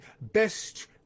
best